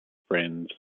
friends